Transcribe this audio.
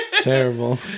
Terrible